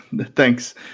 Thanks